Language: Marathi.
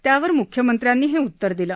त्यावर मुख्यमंत्र्यांनी हे उत्तर दिलं